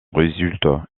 résulte